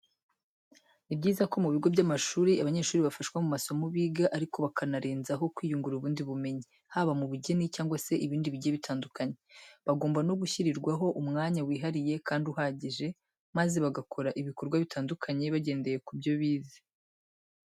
Ni byiza ko mu bigo by'amashuri abanyeshuri bafashwa mu masomo biga ariko bakanarenzaho kwiyungura ubundi bumenyi, haba mu bugeni cyangwa se ibindi bigiye bitandukanye. Bagomba no gushyirirwaho umwanya wihariye kandi uhagije, maze bagakora ibikorwa bitandukanye bagendeye ku byo bize.